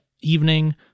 evening